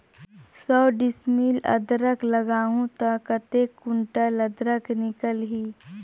सौ डिसमिल अदरक लगाहूं ता कतेक कुंटल अदरक निकल ही?